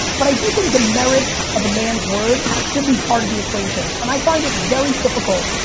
but i do think the merit of a man's words should be part of the equation. and i find it very difficult.